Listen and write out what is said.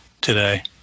today